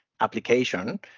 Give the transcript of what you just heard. application